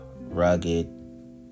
rugged